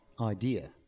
idea